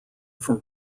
from